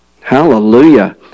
Hallelujah